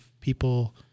people